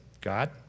God